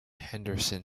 henderson